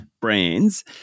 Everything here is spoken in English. brands